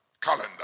calendar